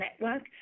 network